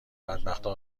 بدبختا